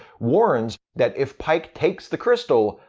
warns that if pike takes the crystal,